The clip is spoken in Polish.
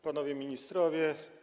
Panowie Ministrowie!